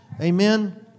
Amen